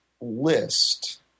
list